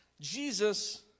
Jesus